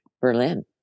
Berlin